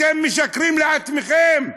אתם משקרים לעצמכם.